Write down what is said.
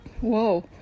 whoa